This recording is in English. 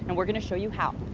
and we're going to show you how.